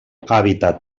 hàbitat